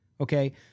Okay